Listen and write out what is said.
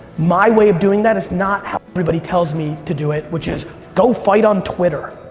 my way of doing that is not how everybody tells me to do it which is go fight on twitter.